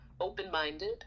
open-minded